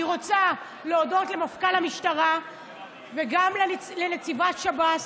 אני רוצה להודות למפכ"ל המשטרה וגם לנציבת שב"ס,